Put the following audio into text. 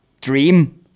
dream